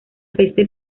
peste